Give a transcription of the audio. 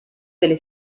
delle